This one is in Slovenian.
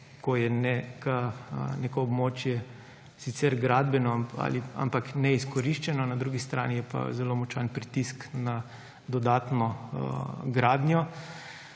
ko je neko območje sicer gradbeno, ampak neizkoriščeno; na drugi strani je pa zelo močan pritisk na dodatno gradnjo.